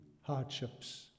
hardships